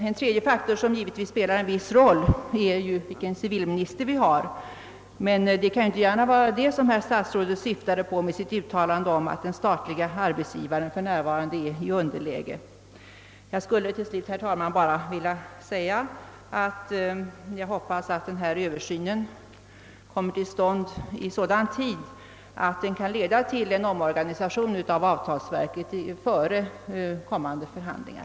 En annan faktor, som givetvis spelar en viss roll, är vilken civilminister vi har. Det kan emellertid inte gärna vara detta herr statsrådet syftade på med sitt uttalande att den statliga arbetsgivarparten för närvarande befinner sig i underläge. Herr talman! Jag vill till slut bara framhålla att jag hoppas att den begärda översynen kommer till stånd i så god tid, att den kan leda till omorganisation av avtalsverket före kommande förhandlingar.